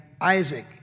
Isaac